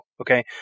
Okay